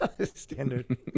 Standard